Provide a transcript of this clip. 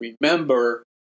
Remember